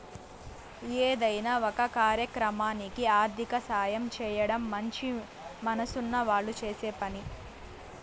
ఏదైనా ఒక కార్యక్రమానికి ఆర్థిక సాయం చేయడం మంచి మనసున్న వాళ్ళు చేసే పని